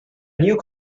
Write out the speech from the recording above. new